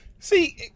See